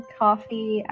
coffee